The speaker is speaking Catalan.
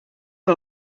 que